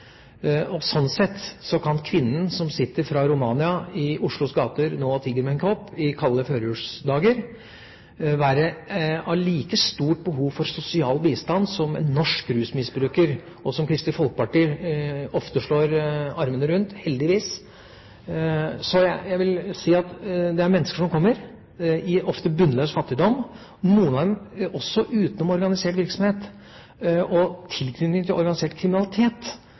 sett kan en kvinne fra Romania som sitter i Oslos gater og tigger med en kopp nå i kalde førjulsdager, ha like stort behov for sosial bistand som en norsk rusmisbruker – som Kristelig Folkeparti ofte slår armene rundt, heldigvis. Mennesker som kommer, lever ofte i bunnløs fattigdom, og noen av dem er også utenom organisert virksomhet. Tilknytningen til organisert kriminalitet